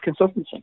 consultancy